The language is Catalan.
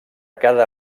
cada